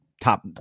top